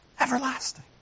Everlasting